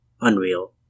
unreal